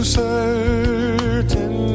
certain